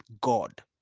God